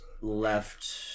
left